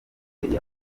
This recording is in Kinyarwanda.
yabuze